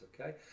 okay